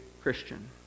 Christian